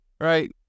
Right